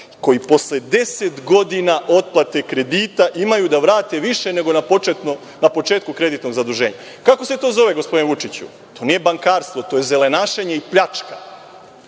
koji posle deset godina otplate kredita imaju da vrate više nego na početku kreditnog zaduženja. Kako se to zove, gospodine Vučiću? Nije bankarstvo, to je zelenašenje i pljačka.